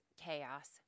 chaos